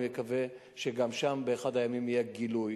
אני מקווה שגם שם באחד הימים יהיה גילוי.